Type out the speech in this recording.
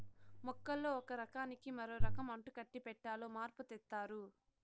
మొక్కల్లో ఒక రకానికి మరో రకం అంటుకట్టి పెట్టాలో మార్పు తెత్తారు